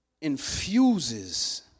infuses